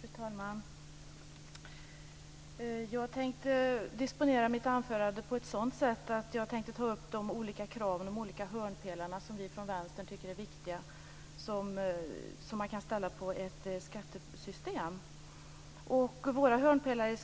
Fru talman! Jag tänker disponera mitt anförande på så sätt att jag tar upp de olika kraven - hörnpelarna - som vi från Vänstern tycker är viktiga och som man kan ställa på ett skattesystem. Våra hörnpelare